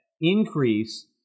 increase